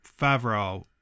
favreau